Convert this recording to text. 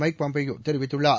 mic Pompeo தெரிவித்துள்ளார்